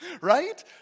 Right